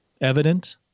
evident